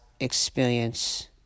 experience